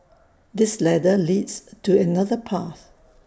this ladder leads to another path